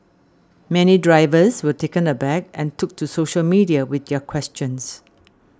many drivers were taken aback and took to social media with their questions